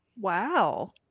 wow